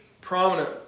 prominent